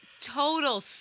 total